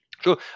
Sure